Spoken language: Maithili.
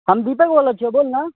हम दीपक बोलै छियौ बोल नऽ